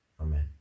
Amen